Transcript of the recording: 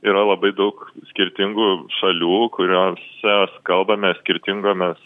yra labai daug skirtingų šalių kuriose kalbame skirtingomis